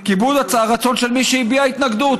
1. כיבוד הרצון של מי שהביע התנגדות,